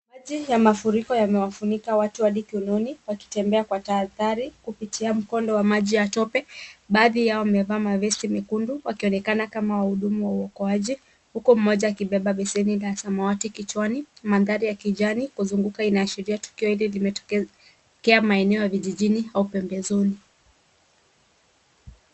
Maji ya mafuriko yamewafunika watu hadi kiunoni wakitembea kwa tahadhari kupitia mkondo wa maji ya tope. Baadhi yao wamevaa mavesti mekundu wakionekana kama wahudumu ya uokoaji huku mmoja akibeba beseni la samawati kichwani. Mandhari ya kijani kuzunguka inaashiria tukio hili limetokea maeneo ya vijijini au pembezoni.